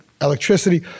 electricity